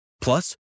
Plus